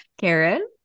Karen